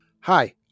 Hi